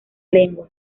lengua